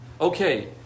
Okay